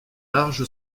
large